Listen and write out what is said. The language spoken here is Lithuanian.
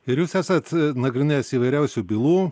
ir jūs esat nagrinėjęs įvairiausių bylų